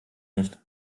nicht